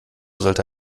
sollte